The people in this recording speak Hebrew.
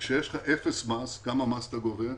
כי כשיש לך אפס מס, כמה מס אתה גובה?